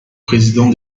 président